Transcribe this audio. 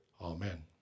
Amen